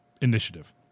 initiative